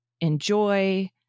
enjoy